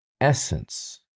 essence